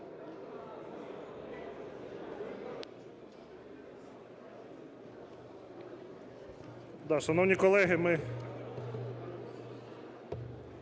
Дякую.